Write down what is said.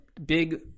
Big